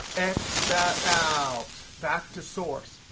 x that out, back to source.